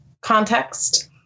context